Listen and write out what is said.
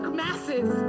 masses